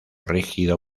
rígido